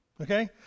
okay